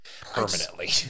permanently